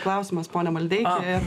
klausimas pone maldeiki